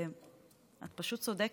את פשוט צודקת,